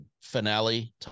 finale